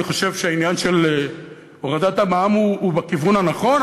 אני חושב שהעניין של הורדת המע"מ הוא בכיוון הנכון,